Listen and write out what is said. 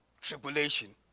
tribulation